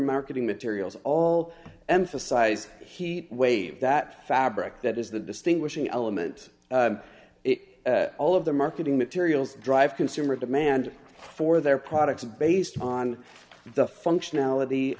marketing materials all emphasize heat wave that fabric that is the distinguishing element it all of the marketing materials drive consumer demand for their products based on the functionality